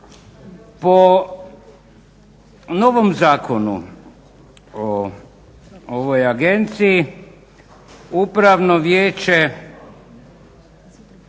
Po novom zakonu o ovoj agenciji upravno vijeće